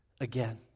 again